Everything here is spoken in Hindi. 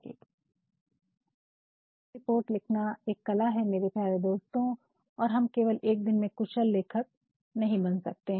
इसलिए रिपोर्ट लिखना एक कला है मेरे प्यारे दोस्तों और हम केवल एक दिन में कुशल लेखक नहीं बन सकते है